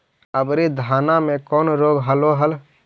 अबरि धाना मे कौन रोग हलो हल?